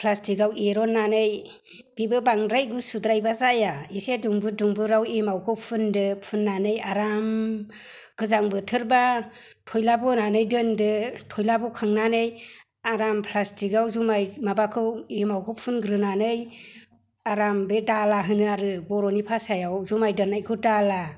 प्लास्टिकाव एर'न्नानै बेबो बांद्राय गुसुद्रायबा जाया एसे दुंबुर दुंबुरआव एमावखौ फुनदो फुननानै आराम गोजां बोथोरबा थइला बोनानै दोनदो थइला बखांनानै आराम प्लास्टिकाव जुमाय माबाखौ एमावखौ फुनग्रोनानै आराम बे दाला होनो आरो बर'नि भाषायाव जुमाय दोननायखौ दाला